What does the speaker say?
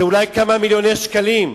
זה אולי כמה מיליוני שקלים.